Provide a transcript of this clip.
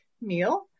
meal